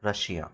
Russia